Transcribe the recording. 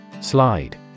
Slide